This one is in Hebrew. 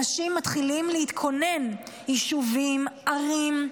אנשים מתחילים להתכונן, יישובים, ערים,